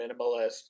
minimalist